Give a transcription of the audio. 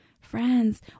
friends